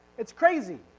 it's crazy.